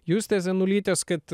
justės janulytės kad